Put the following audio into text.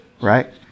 right